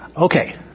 Okay